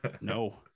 No